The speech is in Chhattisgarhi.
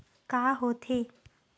का होथे?